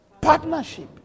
partnership